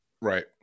Right